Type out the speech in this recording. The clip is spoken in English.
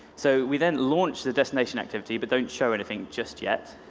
so we then launch the destination activity but don't show anything just yet.